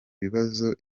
bibazo